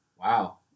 Wow